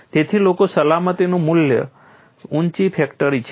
તેથી લોકો સલામતીનું ખૂબ ઊંચું ફેક્ટર ઇચ્છે છે